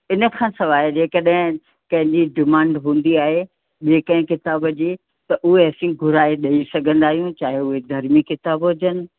इन खां सवाइ जेकॾहिं कंहिंजी डिमांड हूंदी आहे ॿिए कंहिं किताब जी त उहे असीं घुराए ॾेई सघंदा आहियूं चाहे उहे धर्मी किताब हुजनि